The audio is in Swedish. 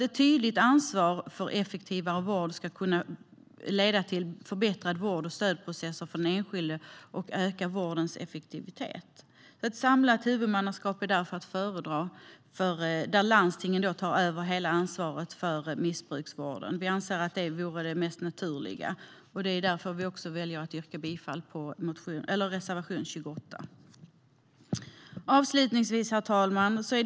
Ett tydligare ansvar skulle kunna leda till en förbättrad vård och stödprocess för den enskilde och öka vårdens effektivitet. Ett samlat huvudmannaskap är därför att föredra, där landstingen tar över hela ansvaret för missbruksvården. Vi anser att det vore det mest naturliga. Därför yrkar jag bifall till reservation 28. Herr talman!